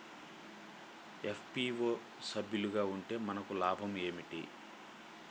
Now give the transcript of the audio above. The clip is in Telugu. ఎఫ్.పీ.ఓ లో సభ్యులుగా ఉంటే మనకు లాభం ఏమిటి?